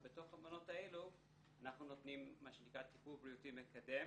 ובתוך המעונות האלה אנחנו נותנים מה שנקרא טיפול בריאותי מקדם